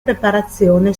preparazione